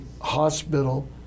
hospital